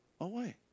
away